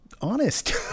honest